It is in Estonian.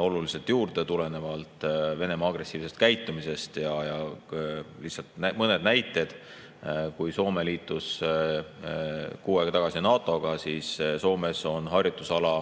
oluliselt juurde, tulenevalt Venemaa agressiivsest käitumisest. Lihtsalt mõned näited. Kuna Soome liitus kuu aega tagasi NATO‑ga, siis Soomes on harjutusala